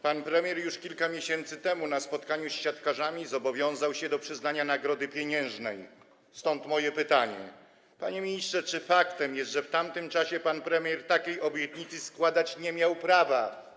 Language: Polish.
Pan premier już kilka miesięcy temu na spotkaniu z siatkarzami zobowiązał się do przyznania nagrody pieniężnej, stąd moje pytanie: Panie ministrze, czy faktem jest, że w tamtym czasie pan premier nie miał prawa składać takiej obietnicy?